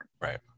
right